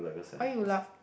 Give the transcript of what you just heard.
why you laugh